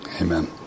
Amen